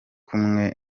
kumwe